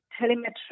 telemetry